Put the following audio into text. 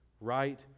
right